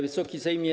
Wysoki Sejmie!